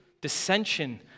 dissension